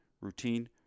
routine